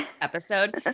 episode-